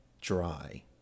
dry